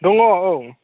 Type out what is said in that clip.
दङ औ